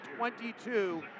22